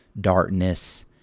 darkness